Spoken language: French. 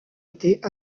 était